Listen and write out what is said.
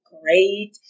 great